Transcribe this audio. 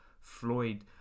Floyd